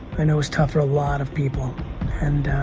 i know it was tough for a lot of people and